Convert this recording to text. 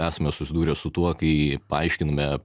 esame susidūrę su tuo kai paaiškiname